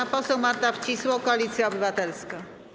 Pani poseł Marta Wcisło, Koalicja Obywatelska.